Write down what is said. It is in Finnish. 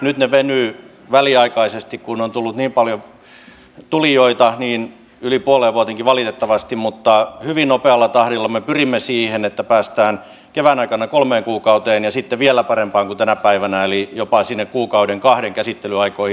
nyt ne venyvät väliaikaisesti kun on tullut niin paljon tulijoita yli puoleen vuoteen valitettavasti mutta hyvin nopealla tahdilla me pyrimme siihen että päästään kevään aikana kolmeen kuukauteen ja sitten vielä parempaan kuin tänä päivänä eli jopa sinne kuukauden kahden käsittelyaikoihin